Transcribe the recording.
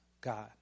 God